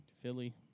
Philly